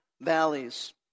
valleys